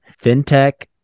fintech